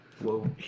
Whoa